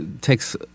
takes